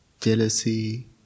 jealousy